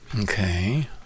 okay